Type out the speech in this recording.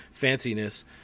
fanciness